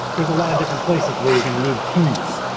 there's a lot of different places to where you're going to need keys.